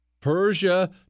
Persia